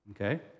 okay